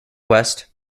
west